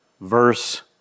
verse